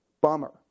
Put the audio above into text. Bummer